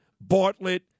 Bartlett